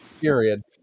Period